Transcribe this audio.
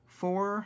four